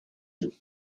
you